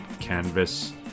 canvas